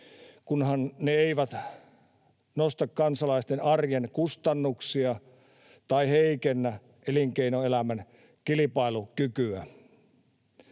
kunhan ne eivät nosta kansalaisten arjen kustannuksia tai heikennä elinkeinoelämän kilpailukykyä.